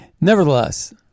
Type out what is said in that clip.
nevertheless